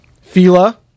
Fila